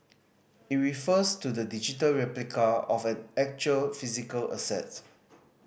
it refers to the digital replica of an actual physical assets